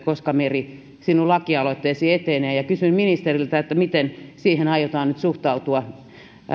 koska meri sinun lakialoitteesi etenee kysyn ministeriltä miten siihen aiotaan nyt suhtautua